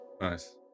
Nice